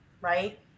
right